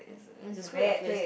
it's a screwed up place